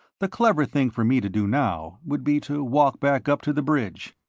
the clever thing for me to do now would be to walk back up to the bridge,